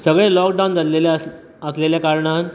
सगळें लॉकडावन जाल्लेलें आस आसलेल्या कारणान